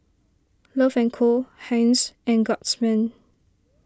Love and Co Heinz and Guardsman